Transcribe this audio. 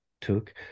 took